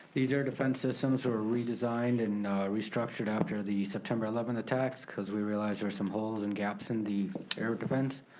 these air defense systems were redesigned and restructured after the september eleventh attacks cause we realized there were some holes and gaps in the air defense.